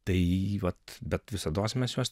tai vat bet visados mes juos